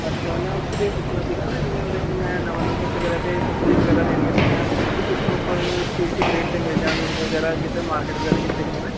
ਅੱਛਾ ਮੈਂ ਐਕਚੁਅਲੀ ਇਹ ਪੁੱਛਣਾ ਸੀਗਾ ਨਾ ਜਿਵੇਂ ਉਰੇ ਹੁਣ ਮੈਂ ਨਵਾਂ ਨਵਾਂ ਸ਼ਿਫਟ ਕਰਿਆ ਅਤੇ ਸਬਜ਼ੀਆਂ ਵਗੈਰਾ ਲੈਣੀਆਂ ਸੀਗੀਆ ਵੀ ਕਿੱਥੋਂ ਆਪਾਂ ਠੀਕ ਠੀਕ ਰੇਟ 'ਤੇ ਮਿਲ ਜਾਣ ਵਗੈਰਾ ਕਿਤੇ ਮਾਰਕਿਟ ਵਗੈਰਾ ਕਿੱਥੇ ਕੁ ਨੂੰ ਹੈ